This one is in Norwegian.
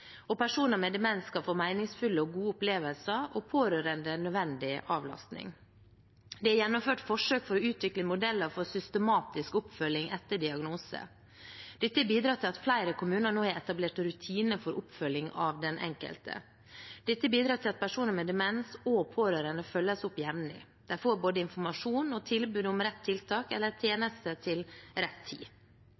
2020. Personer med demens skal få meningsfulle og gode opplevelser og pårørende nødvendig avlastning. Det er gjennomført forsøk for å utvikle modeller for systematisk oppfølging etter diagnose. Dette bidrar til at flere kommuner nå har etablert rutiner for oppfølging av den enkelte. Dette bidrar til at personer med demens og pårørende følges opp jevnlig. De får både informasjon og tilbud om rett tiltak eller